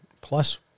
plus